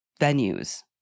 venues